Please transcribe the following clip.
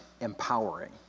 empowering